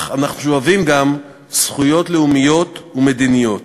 אך אנחנו שואבים גם זכויות לאומיות ומדיניות.